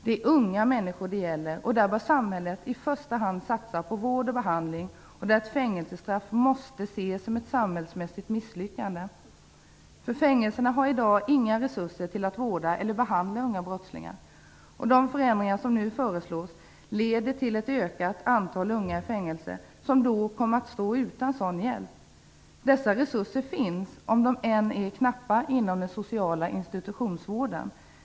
Det är unga människor det gäller, och här bör samhället i första hand satsa på vård och behandling. Fängelsestraff måste ses som ett samhälleligt misslyckande. Fängelserna har i dag inga resurser att behandla eller vårda unga brottslingar. De förändringar som nu föreslås leder till ett ökat antal unga i fängelse som kommer att stå utan sådan hjälp. Dessa resurser finns, även om de är knappa, inom den sociala institutionsvården.